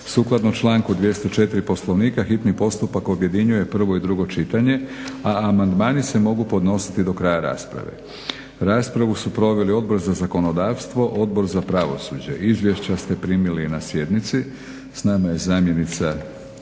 Sukladno članku 204. Poslovnika hitni postupak objedinjuje prvo i drugo čitanje, a amandmani se mogu podnositi do kraja rasprave. Raspravu su proveli Odbor za zakonodavstvo, Odbor za pravosuđe. Izvješća ste primili na sjednici. S nama je zamjenica